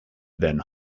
then